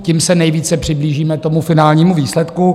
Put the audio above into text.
Tím se nejvíce přiblížíme tomu finálnímu výsledku.